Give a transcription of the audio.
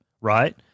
right